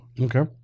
okay